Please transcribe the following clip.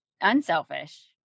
unselfish